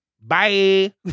bye